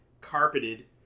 carpeted